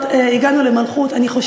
אני,